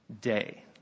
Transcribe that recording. day